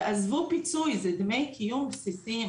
עזבו פיצוי, זה דמי קיום בסיסיים.